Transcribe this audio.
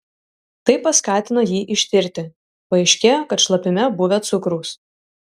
tai paskatino jį ištirti paaiškėjo kad šlapime buvę cukraus